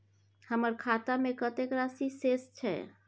हमर खाता में कतेक राशि शेस छै?